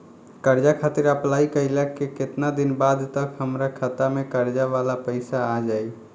कर्जा खातिर अप्लाई कईला के केतना दिन बाद तक हमरा खाता मे कर्जा वाला पैसा आ जायी?